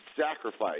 sacrifice